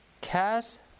cast